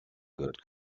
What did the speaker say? good